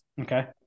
Okay